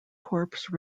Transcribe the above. corpse